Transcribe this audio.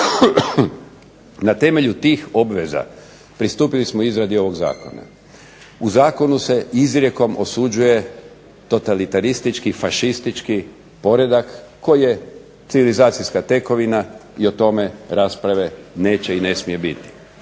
Na temelju tih obveza pristupili smo izradi ovog zakona. U zakonu se izrijekom osuđuje totalitaristički, fašistički poredak koji je civilizacijska tekovina i o tome rasprave neće i ne smije biti.